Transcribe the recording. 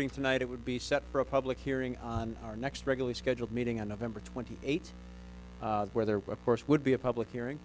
meeting tonight it would be set for a public hearing on our next regular scheduled meeting of ember twenty eight where there were of course would be a public hearing